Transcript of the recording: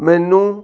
ਮੈਨੂੰ